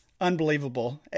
unbelievable